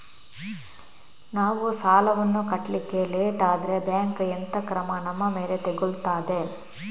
ನಾವು ಸಾಲ ವನ್ನು ಕಟ್ಲಿಕ್ಕೆ ಲೇಟ್ ಆದ್ರೆ ಬ್ಯಾಂಕ್ ಎಂತ ಕ್ರಮ ನಮ್ಮ ಮೇಲೆ ತೆಗೊಳ್ತಾದೆ?